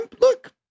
look